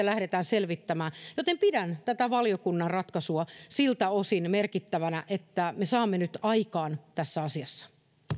lähdetään selvittämään pidän tätä valiokunnan ratkaisua siltä osin merkittävänä että me saamme nyt aikaan tässä asiassa